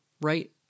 right